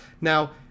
Now